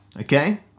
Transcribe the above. okay